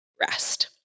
rest